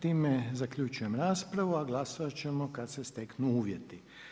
Time zaključujem raspravu, a glasovat ćemo kad se steknu uvjeti.